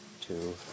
two